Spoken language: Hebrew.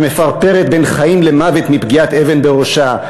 שמפרפרת בין חיים למוות מפגיעת אבן בראשה.